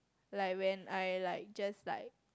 like when I like just like